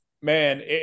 Man